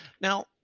Now